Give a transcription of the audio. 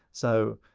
so,